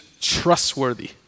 trustworthy